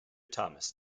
thomas